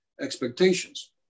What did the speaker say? expectations